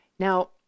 Now